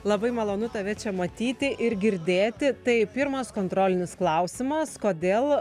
labai malonu tave čia matyti ir girdėti tai pirmas kontrolinis klausimas kodėl